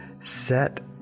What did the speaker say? set